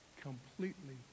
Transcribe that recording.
completely